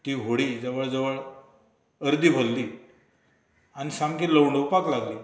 ती व्हडी जवळ जवळ अर्दी भरली आनी सामकी लवणोपाक लागली